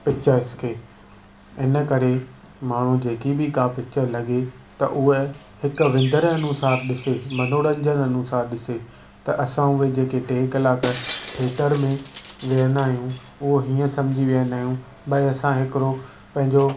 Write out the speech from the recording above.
pictures खे इन करे माण्हू जेकी बि का पिक्चर लॻी त उहा हिकु विंदर अनुसारु ॾिसे मनोरंजन अनुसारु ॾिसे त असां उहे जेके टे कलाकु थिएटर में विहंदा आहियूं उहो हीअं सम्झी विहंदा आहियूं बई असां हिकिड़ो पंहिंजो